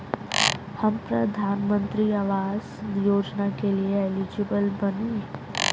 हम प्रधानमंत्री आवास योजना के लिए एलिजिबल बनी?